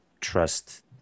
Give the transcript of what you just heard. trust